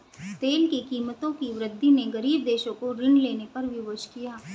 तेल की कीमतों की वृद्धि ने गरीब देशों को ऋण लेने पर विवश किया